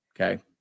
Okay